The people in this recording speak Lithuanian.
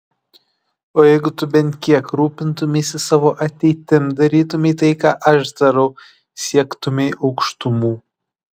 o jeigu tu bent kiek rūpintumeisi savo ateitim darytumei tai ką darau aš siektumei aukštumų